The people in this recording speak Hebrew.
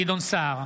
גדעון סער,